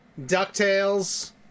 DuckTales